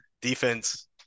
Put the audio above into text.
defense